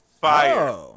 Fire